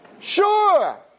sure